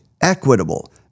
Equitable